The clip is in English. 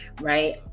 right